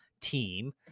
team